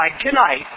tonight